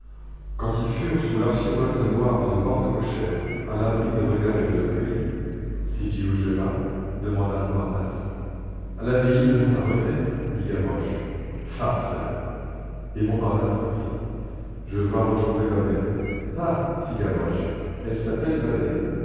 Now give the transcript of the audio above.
quand ils furent sous l'archivolte noire d'une porte cochère à l'abri des regards et de la pluie sais-tu où je vas demanda montparnasse à l'abbaye de monte à regret dit gavroche farceur et montparnasse reprit je vas retrouver babet ah fit gavroche elle s'appelle babet